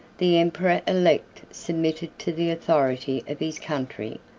the emperor elect submitted to the authority of his country,